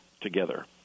together